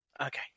Okay